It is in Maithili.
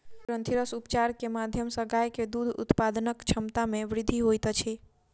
ग्रंथिरस उपचार के माध्यम सॅ गाय के दूध उत्पादनक क्षमता में वृद्धि होइत अछि